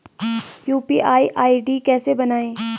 UPI ID कैसे बनायें?